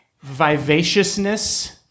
vivaciousness